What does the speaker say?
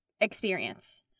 experience